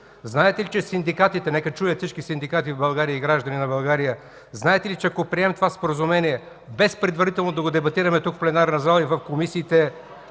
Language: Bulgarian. да се обсъжда?! Нека чуят всички синдикати в България и гражданите на България – знаете ли, че ако приемем това споразумение без предварително да го дебатираме тук в пленарната зала и в комисиите,